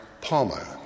Palmer